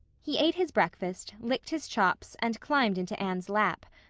he ate his breakfast, licked his chops, and climbed into anne's lap.